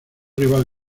rival